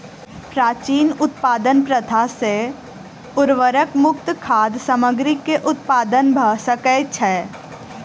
प्राचीन उत्पादन प्रथा सॅ उर्वरक मुक्त खाद्य सामग्री के उत्पादन भ सकै छै